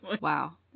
Wow